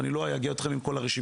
ואני לא אייגע אתכם עם כל הרשימה.